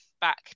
back